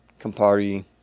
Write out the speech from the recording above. Campari